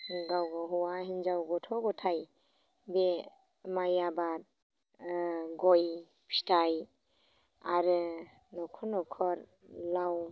गाव गाव हौवा हिनजाव गथ' गथाय बे माइ आबाद ओ गय फिथाइ आरो न'खर न'खर लाव